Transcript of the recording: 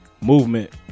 movement